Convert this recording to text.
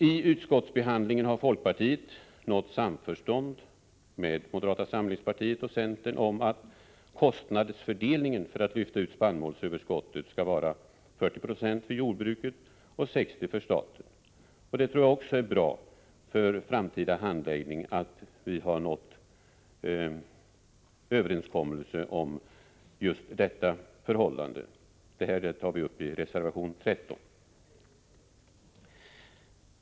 I utskottsbehandlingen har folkpartiet nått samförstånd med moderata samlingspartiet och centern om att kostnadsfördelningen för att lyfta ut spannmålsöverskottet skall vara 40 96 för jordbruket och 60 96 för staten. Jag tror också det är bra för den framtida handläggningen att vi har nått överenskommelse om just detta förhållande. Det tar vi upp i reservation 13.